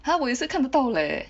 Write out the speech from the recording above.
!huh! 我也是看不到 leh